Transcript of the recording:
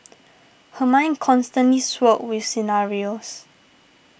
her mind constantly swirled with scenarios